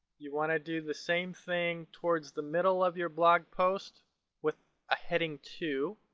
you want to do the same thing towards the middle of your blog post with a heading two.